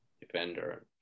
defender